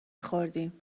خوردیم